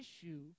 issue